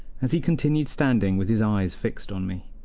as he continued standing with his eyes fixed on me.